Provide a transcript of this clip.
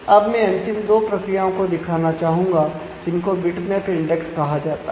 अब मैं अंतिम दो प्रक्रियाओं को दिखाना चाहूंगा जिनको बिटमैप इंडेक्स कहा जाता है